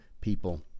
people